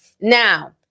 Now